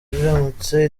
iramutse